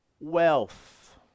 wealth